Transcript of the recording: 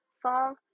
song